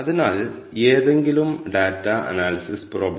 csv ൽ നിന്നുള്ള data എങ്ങനെ വായിക്കാമെന്ന് നമുക്ക് നോക്കാം